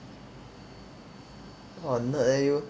!wah! nerd eh you